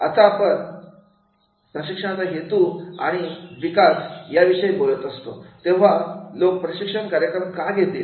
आता जेव्हा पण प्रशिक्षणाचा हेतू आणि विकास ऊस या विषयी बोलत असतो तेव्हा लोक प्रशिक्षण कार्यक्रम का घेतील